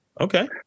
okay